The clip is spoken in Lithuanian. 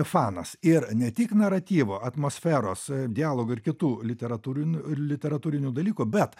fanas ir ne tik naratyvo atmosferos dialogo ir kitų literatūrinių literatūrinių dalykų bet